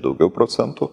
daugiau procentų